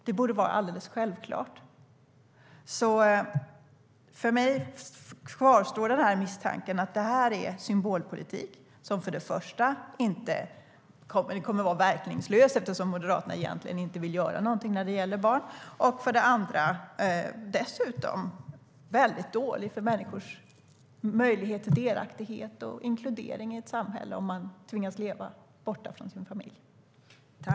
Det borde vara alldeles självklart. För mig kvarstår misstanken att det här är en symbolpolitik som för det första kommer att vara verkningslös eftersom Moderaterna egentligen inte vill göra någonting när det gäller barn. För det andra är det väldigt dåligt för människors möjlighet till delaktighet och inkludering i ett samhälle om de tvingas leva borta från sin familj.